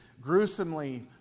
gruesomely